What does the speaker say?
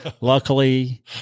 Luckily